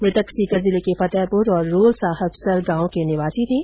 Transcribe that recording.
मृतक सीकर जिले के फतेहपुर और रोलसाहबसर गांव के निवासी थे